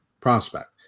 prospect